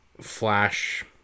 flash